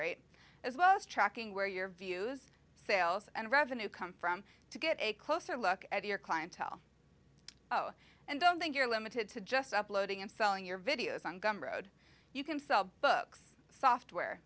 rate as well as tracking where your views sales and revenue come from to get a closer look at your clientele oh and don't think you're limited to just uploading and selling your videos on gum road you can sell books software